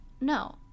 no